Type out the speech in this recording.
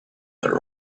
their